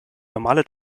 normale